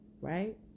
Right